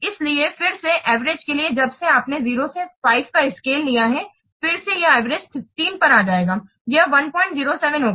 इसलिए फिर से एवरेज के लिए जब से आपने 0 से 5 का स्केल लिया है फिर से यह एवरेज 3 पर आ जाएगा यह 107 होगा